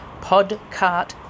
Podcast